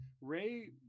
Ray